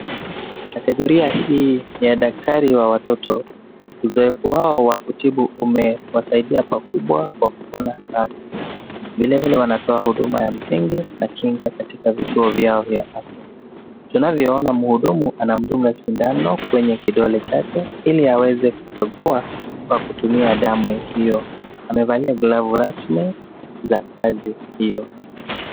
Kategoria hii ni ya daktari wa watoto. Uzoefu wao wa kutibu umewasaidia pakubwa kwa kupona haraka. Vilevile wanatoa huduma ya msingi na kinga katika vituo vyao vya afya. Tunavyoonaa muhudumu anamdunga sindano kwenye kidole chake ili aweze kupekua kwa kutumia damu hio. Amevalia glavu rasmi za kazi hiyo.